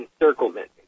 encirclement